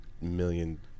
million